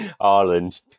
Ireland